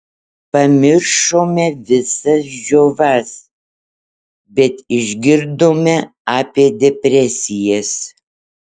pamiršome visas džiovas bet išgirdome apie depresijas